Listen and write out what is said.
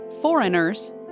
foreigners